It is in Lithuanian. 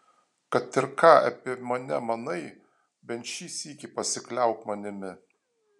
kad ir ką apie mane manai bent šį sykį pasikliauk manimi